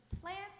plants